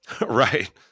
Right